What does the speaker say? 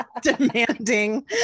demanding